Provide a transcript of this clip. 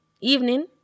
evening